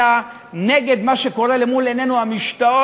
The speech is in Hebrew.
אלא נגד מה שקורה אל מול עינינו המשתאות,